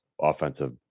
offensive